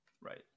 Right